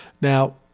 Now